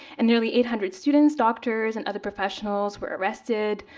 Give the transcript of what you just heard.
and nearly eight hundred students, doctors, and other professionals were arrested.